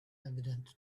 evident